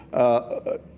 ah,